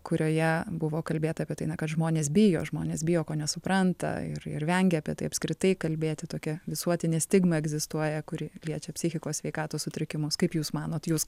kurioje buvo kalbėta apie tai na kad žmonės bijo žmonės bijo ko nesupranta ir ir vengia apie tai apskritai kalbėti tokia visuotinė stigma egzistuoja kuri liečia psichikos sveikatos sutrikimus kaip jūs manot jūs